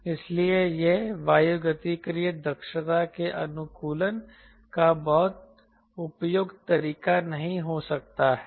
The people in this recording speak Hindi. इसलिए यह वायुगतिकीय दक्षता के अनुकूलन का बहुत उपयुक्त तरीका नहीं हो सकता है